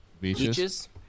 Beaches